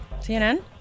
CNN